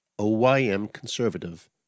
oymconservative